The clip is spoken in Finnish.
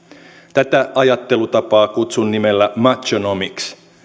tätä ajattelutapaa kutsun nimellä machonomics